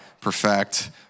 perfect